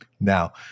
Now